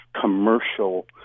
commercial